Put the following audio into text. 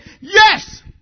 yes